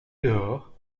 dehors